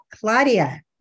Claudia